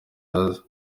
nazo